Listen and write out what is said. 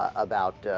about ah.